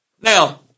Now